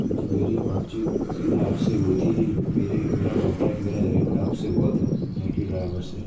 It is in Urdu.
کیوںکہ میری بات چیت سیدھا آپ سے ہوئی تھی میرے میرا کانٹریکٹ میرا ایگریمنٹ آپ سے ہوا تھا نہ کہ ڈرائیور سے